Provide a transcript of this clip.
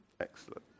Excellent